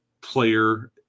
player